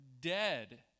dead